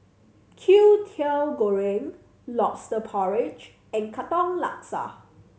Kwetiau Goreng Lobster Porridge and Katong Laksa